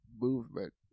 movement